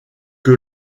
que